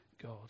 God